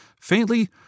faintly